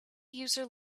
user